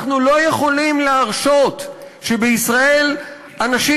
אנחנו לא יכולים להרשות שבישראל אנשים